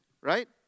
right